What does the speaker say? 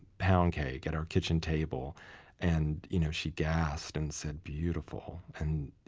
pound cake at our kitchen table and you know she gasped and said, beautiful. and